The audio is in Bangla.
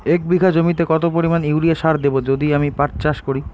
এক বিঘা জমিতে কত পরিমান ইউরিয়া সার দেব যদি আমি পাট চাষ করি?